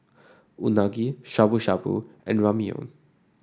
Unagi Shabu Shabu and Ramyeon